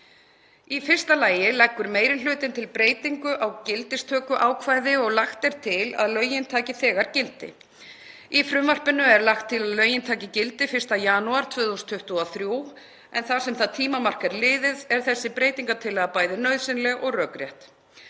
Í fyrsta lagi leggur meiri hlutinn til breytingu á gildistökuákvæði og lagt er til að lögin taki þegar gildi. Í frumvarpinu er lagt til að lögin taki gildi 1. janúar 2023. Þar sem það tímamark er liðið er þessi breytingartillaga bæði nauðsynleg og rökrétt.